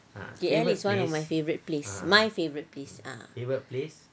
K_L is one of my favourite place my favourite place